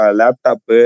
laptop